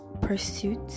pursuit